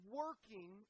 working